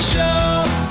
Show